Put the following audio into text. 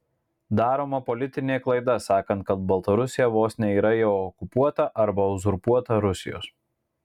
daroma politinė klaida sakant kad baltarusija vos ne yra jau okupuota arba uzurpuota rusijos